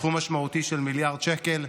סכום משמעותי של מיליארד שקל.